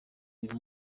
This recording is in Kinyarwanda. uyu